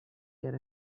yet